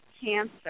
cancer